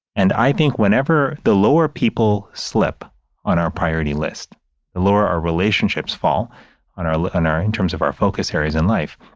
and i think whenever the lower people slip on our priority list, the lower our relationships fall on our, on our in terms of our focus areas in life.